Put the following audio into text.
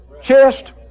chest